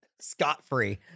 scot-free